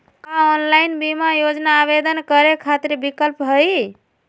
का ऑनलाइन बीमा योजना आवेदन करै खातिर विक्लप हई?